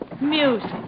Music